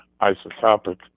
isotopic